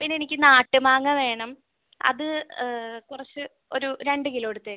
പിന്നെ എനിക്ക് നാട്ട് മാങ്ങ വേണം അത് കുറച്ച് ഒരു രണ്ട് കിലോ എടുത്തേക്ക്